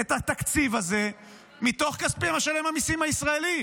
את התקציב הזה מתוך כספי משלם המיסים הישראלי,